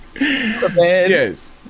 yes